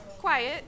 Quiet